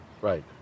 Right